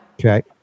Okay